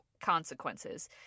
consequences